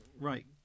right